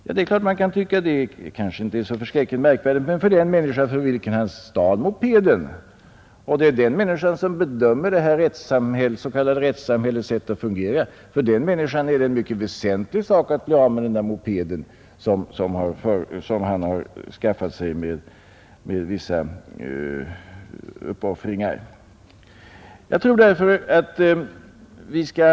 Man kanske kan tycka att det brottet inte är så märkvärdigt, men för den människa från vilken vederbörande stal mopeden — och det är ju den människan som bedömer det s.k. rättssamhällets sätt att fungera — är det en mycket väsentlig sak att bli frånstulen den moped som han med vissa uppoffringar har skaffat sig.